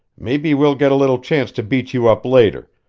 maybe we'll get a little chance to beat you up later,